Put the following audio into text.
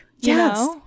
Yes